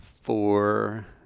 four